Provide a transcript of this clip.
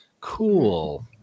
cool